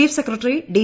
chief secretary D